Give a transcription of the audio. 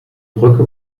brücke